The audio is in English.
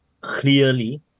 clearly